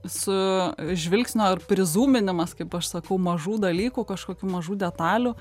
su žvilgsnio prizūminimas kaip aš sakau mažų dalykų kažkokių mažų detalių